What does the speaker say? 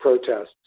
protests